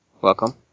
welcome